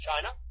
China